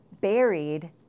buried